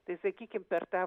tai sakykim per tą